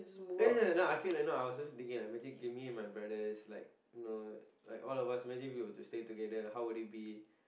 you know you know I feel like no I was just thinking like imagine okay me and my brothers like you know like all of us imagine we were to stay together how would it be